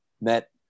met